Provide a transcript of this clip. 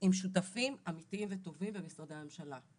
עם שותפים אמיתיים וטובים במשרדי הממשלה.